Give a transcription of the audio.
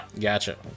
Gotcha